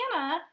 Anna